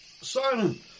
Simon